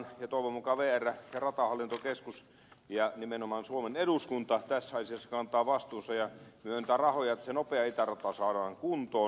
toivon mukaan vr ja ratahallintokeskus ja nimenomaan suomen eduskunta tässä asiassa kantavat vastuunsa ja eduskunta myöntää rahoja että se nopea itärata saadaan kuntoon